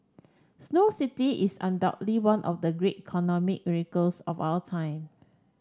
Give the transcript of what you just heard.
Snow City is undoubtedly one of the great economic miracles of our time